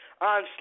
on